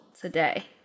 today